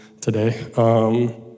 today